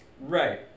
right